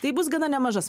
tai bus gana nemaža